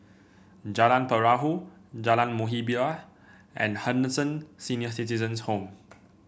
Jalan Perahu Jalan Muhibbah and Henderson Senior Citizens' Home